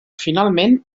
finalment